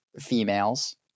females